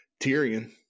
Tyrion